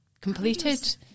completed